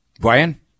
Brian